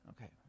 Okay